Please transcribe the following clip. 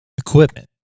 Equipment